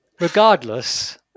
Regardless